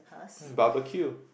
barbeque